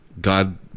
God